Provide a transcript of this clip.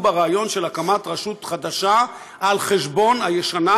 ברעיון של הקמת רשות חדשה על חשבון הישנה,